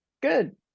good